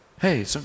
hey